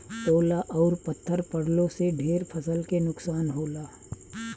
ओला अउर पत्थर पड़लो से ढेर फसल के नुकसान होला